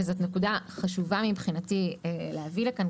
וזאת נקודה חשובה מבחינתי להביא לכאן,